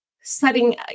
setting